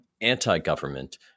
anti-government